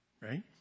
right